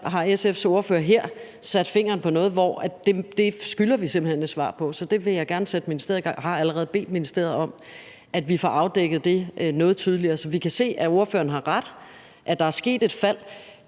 har SF's ordfører sat fingeren på noget, som vi simpelt hen skylder et svar på, og jeg har allerede bedt ministeriet om, at vi får afdækket det noget mere. Så vi kan se, at ordføreren har ret i, at der er sket et fald.